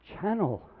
channel